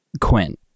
Quinn